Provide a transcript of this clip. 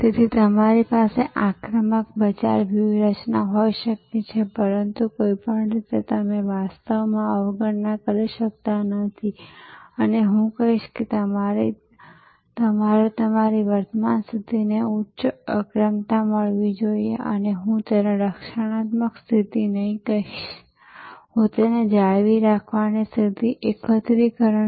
તેથી તમારી પાસે આક્રમક બજાર વ્યૂહરચના હોઈ શકે છે પરંતુ કોઈ પણ રીતે તમે વાસ્તવમાં અવગણના કરી શકતા નથી અને હું કહીશ કે તમારે તમારી વર્તમાન સ્થિતિને ઉચ્ચ અગ્રતા મળવી જોઈએ અને હું તેને રક્ષણાત્મક સ્થિતિ નહીં કહીશ હું તેને જાળવી રાખવાની સ્થિતિ એકત્રીકરણ કહીશ